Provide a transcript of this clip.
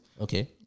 Okay